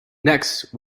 next